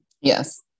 Yes